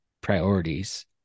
priorities